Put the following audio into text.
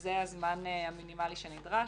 שזה הזמן המינימלי שנדרש,